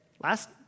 Last